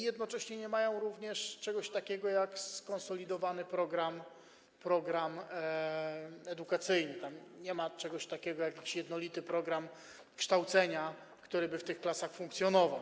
Jednocześnie nie mają również czegoś takiego jak skonsolidowany program edukacyjny, czegoś takiego jak jednolity program kształcenia, który by w tych klasach funkcjonował.